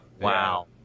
Wow